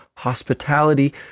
hospitality